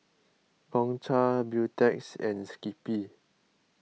Gongcha Beautex and Skippy